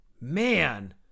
man